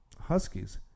Huskies